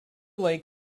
lake